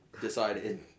decided